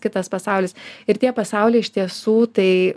kitas pasaulis ir tie pasauliai iš tiesų tai